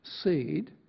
seed